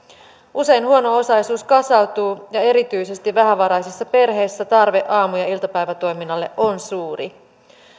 usein huono osaisuus kasautuu ja erityisesti vähävaraisissa perheissä tarve aamu ja iltapäivätoiminnalle on suuri